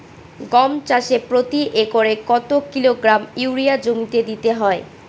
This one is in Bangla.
গম চাষে প্রতি একরে কত কিলোগ্রাম ইউরিয়া জমিতে দিতে হয়?